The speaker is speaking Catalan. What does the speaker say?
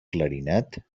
clarinet